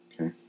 Okay